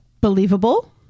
believable